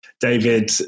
David